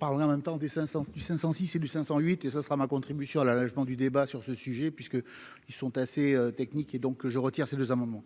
parle en même temps des 5 sens du 500 du 508 et ce sera ma contribution à la l'allégement du débat sur ce sujet puisque ils sont assez techniques et donc je retire ses deux amendements.